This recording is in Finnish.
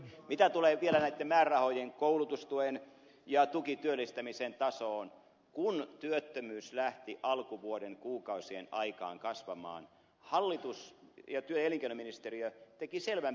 mitä tulee vielä näitten määrärahojen koulutustuen ja tukityöllistämisen tasoon kun työttömyys lähti alkuvuoden kuukausien aikaan kasvamaan hallitus ja työ ja elinkeinoministeriö tekivät selvän päätöksen